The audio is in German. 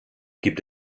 gibt